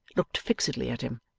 looked fixedly at him,